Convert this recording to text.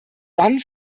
dann